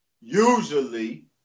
Usually